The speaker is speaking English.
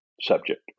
subject